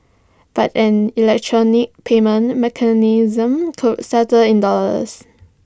but an electronic payment mechanism could settle in dollars